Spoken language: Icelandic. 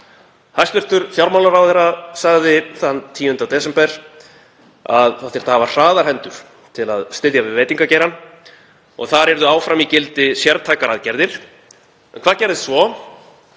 Hæstv. fjármálaráðherra sagði 10. desember að það þyrfti að hafa hraðar hendur til að styðja við veitingageirann og þar yrðu áfram í gildi sértækar aðgerðir. Hvað gerðist svo?